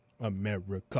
America